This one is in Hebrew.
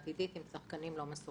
העתידית, עם שחקנים לא מסורתיים.